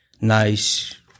nice